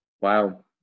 Wow